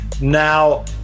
Now